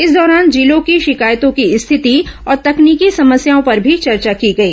इस दौरान जिलों की शिकायतों की स्थिति और तकनीकी समस्याओं पर भी चर्चा की गई